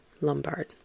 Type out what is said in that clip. Lombard